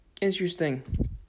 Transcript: Interesting